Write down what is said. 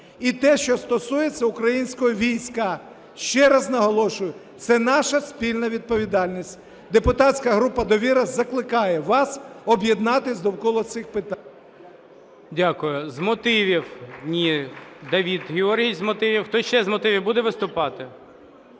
І те, що стосується українського війська, ще раз наголошую – це наша спільна відповідальність. Депутатська група "Довіра" закликає вас об'єднатись довкола цих питань. ГОЛОВУЮЧИЙ. Дякую. З мотивів… Ні, Давид Георгійович з мотивів. Хтось ще з мотивів буде виступати?